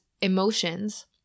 emotions